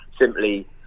simply